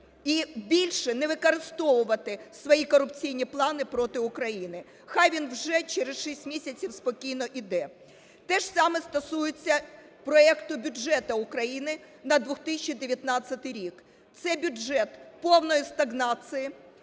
і більше не використовувати свої корупційні плани проти України. Хай він вже через 6 місяців спокійно іде. Те ж саме стосується проекту бюджету України на 2019 рік – це бюджет повної стагнації,